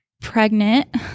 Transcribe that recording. pregnant